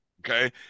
okay